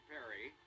Perry